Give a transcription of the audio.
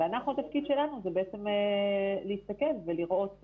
ואנחנו, התפקיד שלנו זה בעצם להסתכל ולראות.